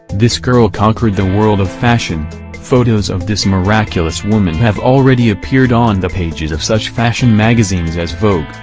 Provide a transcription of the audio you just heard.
this girl conquered the world of fashion photos of this miraculous woman have already appeared on the pages of such fashion magazines as vogue,